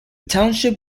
township